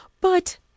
But